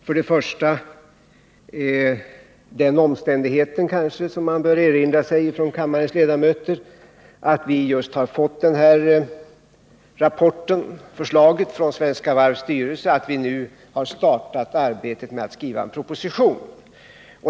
Först vill jag nämna den omständigheten, som kammarens ledamöter kanske bör erinra sig, att vi helt nyligen fått den här rapporten och det här förslaget från Svenska Varvs styrelse och att vi nu har startat arbetet med att skriva en proposition.